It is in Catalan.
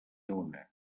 una